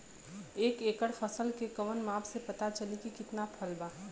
एक एकड़ फसल के कवन माप से पता चली की कितना फल बा?